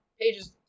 pages